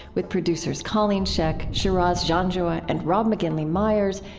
with producers colleen scheck, shiraz janjua, and rob mcginley myers,